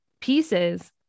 pieces